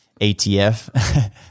ATF